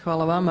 Hvala vama.